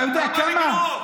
למה לגנוב?